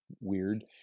weird